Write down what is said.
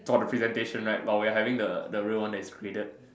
for the presentation right while we're having the real one that is graded